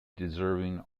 deserving